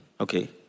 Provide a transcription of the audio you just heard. Okay